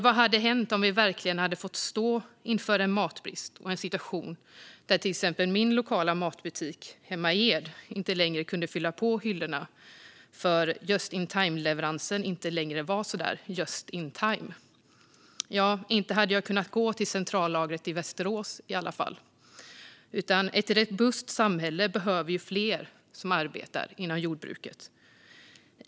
Vad hade hänt om vi verkligen hade stått inför matbrist och en situation där till exempel min lokala matbutik hemma i Ed inte längre kunde fylla på hyllorna eftersom just-in-time-leveransen inte längre var just-in-time? Ja, inte hade jag kunnat gå till centrallagret i Västerås i alla fall. Ett robust samhälle behöver fler som arbetar inom jordbruket.